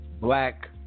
Black